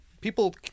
people